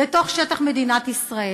לתוך שטח מדינת ישראל,